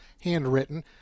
handwritten